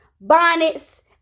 bonnets